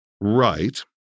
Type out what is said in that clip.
right